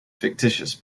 fictitious